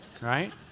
right